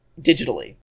digitally